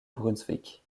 brunswick